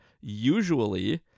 Usually